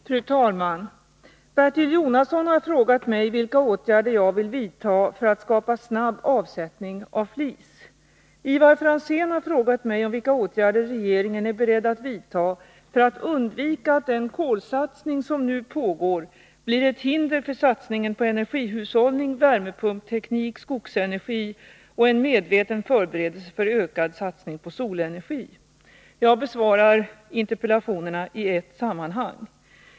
Fru talman! Bertil Jonasson har frågat mig vilka åtgärder jag vill vidta för att skapa snabb avsättning av flis. Ivar Franzén har frågat mig om vilka åtgärder regeringen är beredd att vidta för att undvika att den kolsatsning som nu pågår blir ett hinder för satsningen på energihushållning, värmepumpteknik, skogsenergi och en medveten förberedelse för ökad satsning på solenergi. Jag besvarar interpellationerna i ett sammanhang.